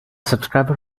subscriber